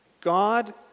God